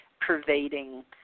pervading